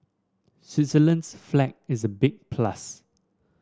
Switzerland's flag is a big plus